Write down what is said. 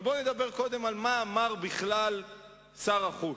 אבל בוא נדבר קודם על מה שאמר בכלל שר החוץ,